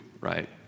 right